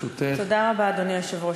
אדוני היושב-ראש,